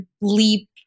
leap